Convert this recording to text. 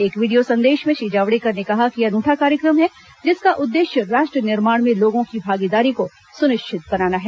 एक वीडियो संदेश में श्री जावडेकर ने कहा कि यह एक अनूठा कार्यक्रम है जिसका उद्देश्य राष्ट्र निर्माण में लोगों की भागीदारी को सुनिश्चित बनाना है